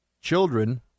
children